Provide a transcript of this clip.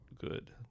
good